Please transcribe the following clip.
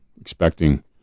expecting